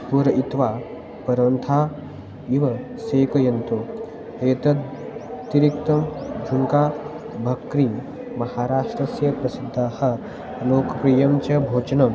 पूरयित्वा परन्था इव सेकयन्तु एतदतिरिक्तं झुङ्का भक्री महाराष्ट्रस्य प्रसिद्धं लोकप्रियं च भोजनम्